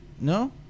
No